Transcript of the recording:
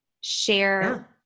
share